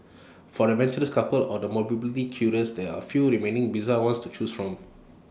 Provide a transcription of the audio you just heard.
for the adventurous couples or the morbidly curious there are A few remaining bizarre ones to choose from